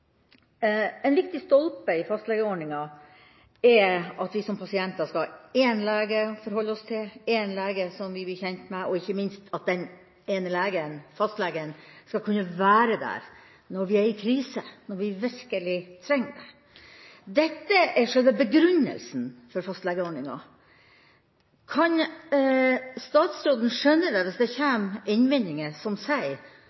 En viktig stolpe i fastlegeordninga er at vi som pasienter skal ha én lege å forholde oss til, én lege som vi blir kjent med, og ikke minst at den ene legen, fastlegen, skal kunne være der når vi er i krise og når vi virkelig trenger det. Dette er selve begrunnelsen for fastlegeordninga. Kan statsråden skjønne det hvis det kommer innvendinger som sier